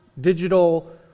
digital